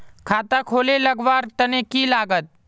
खाता खोले लगवार तने की लागत?